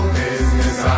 business